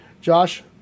josh